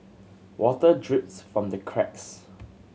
water drips from the cracks